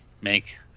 make